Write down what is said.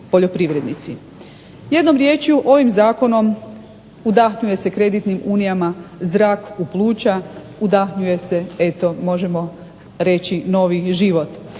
poljoprivrednici. Jednom riječju ovim zakonom udahnjuje se kreditnim unijama zrak u pluća, udahnjuje se eto možemo reći novi život.